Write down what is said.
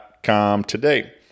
today